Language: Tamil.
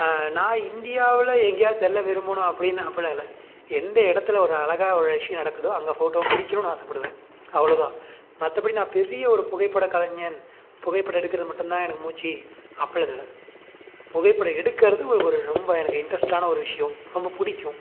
நான் இந்தியாவில் எங்கேயாது செல்ல விரும்புணும் அப்படின்னு அப்படிலாம் இல்லை எந்த இடத்துல ஒரு அழகா ஒரு விஷயம் நடக்குதோ அங்கே ஃபோட்டோ பிடிக்கிணுன்னு ஆசைப்படுவேன் அவ்வளோதான் மற்றபடி நான் பெரிய ஒரு புகைப்படக் கலைஞன் புகைப்படம் எடுக்கறது மட்டும் தான் எனக்கு மூச்சு அப்படிலாம் இல்லை புகைப்படம் எடுக்கறது ஒரு ஒரு ரொம்ப எனக்கு இன்ட்ரஸ்ட்டான ஒரு விஷயம் ரொம்ப பிடிக்கும்